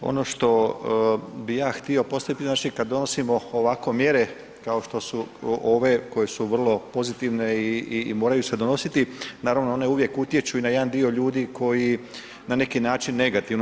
Ono što bi ja htio postaviti znači kada donosimo ovako mjere kao što su ove koje su vrlo pozitivne i moraju se donositi, naravno one uvijek utječu i na jedan dio ljudi koji na neki način negativno.